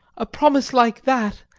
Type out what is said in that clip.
a promise like that,